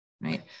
right